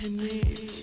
need